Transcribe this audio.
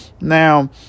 Now